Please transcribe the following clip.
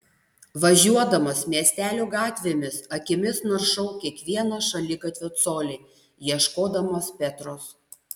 važiuodamas miestelio gatvėmis akimis naršau kiekvieną šaligatvio colį ieškodamas petros